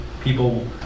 people